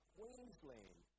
Queensland